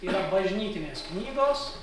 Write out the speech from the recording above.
yra bažnytinės knygos